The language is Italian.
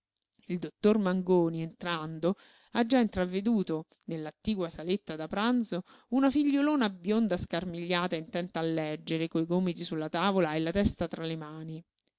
il dottor mangoni entrando ha già intraveduto nell'attigua saletta da pranzo una figliolona bionda scarmigliata intenta a leggere coi gomiti sulla tavola e la testa tra le mani